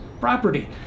property